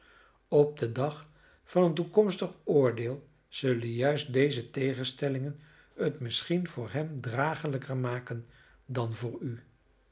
op den dag van een toekomstig oordeel zullen juist deze tegenstellingen het misschien voor hem dragelijker maken dan voor u